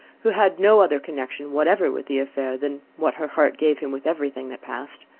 who had no other connection whatever with the affair than what her heart gave him with every thing that passed,